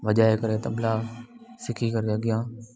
वॼाए करे तबला सिखी करे अॻियां